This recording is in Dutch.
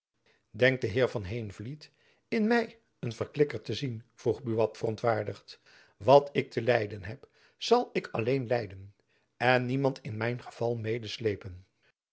denkt de heer van heenvliet in my een verklikker te zien vroeg buat verontwaardigd wat ik te lijden heb zal ik alleen lijden en niemand in mijn ongeval medesleepen